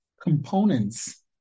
components